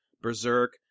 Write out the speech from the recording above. Berserk